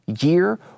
year